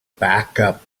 backup